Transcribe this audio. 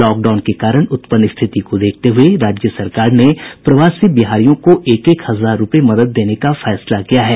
lockdown के कारण उत्पन्न स्थिति को देखते हए राज्य सरकार ने प्रवासी बिहारियों को एक एक हजार रुपये मदद देने का फैसला किया है